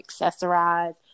accessorize